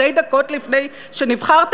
שתי דקות לפני שנבחרת.